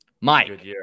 Mike